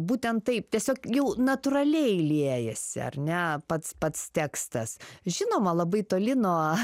būtent taip tiesiog jų natūraliai liejasi ar ne pats pats tekstas žinoma labai toli nuo